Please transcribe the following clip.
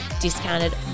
discounted